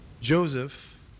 Joseph